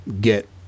get